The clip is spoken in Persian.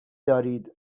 دارید